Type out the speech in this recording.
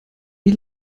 die